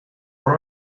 are